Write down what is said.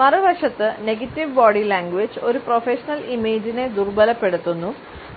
മറുവശത്ത് negative body language ഒരു professional ഇമേജിനെ ദുർബലപ്പെടുത്തുന്നു